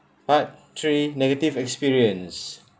part three negative experience